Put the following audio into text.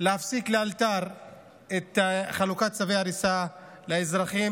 להפסיק לאלתר את חלוקת צווי הריסה לאזרחים.